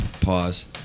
Pause